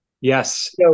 Yes